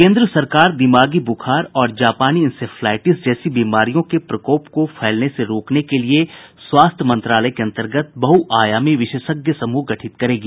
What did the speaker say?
केन्द्र सरकार दिमागी बूखार और जापानी इंसेफ्लाइटिस जैसी बीमारियों के प्रकोप को फैलने से रोकने के लिए स्वास्थ्य मंत्रालय के अंतर्गत बहुआयामी विशेषज्ञ समूह गठित करेगी